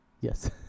Yes